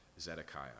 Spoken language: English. Zedekiah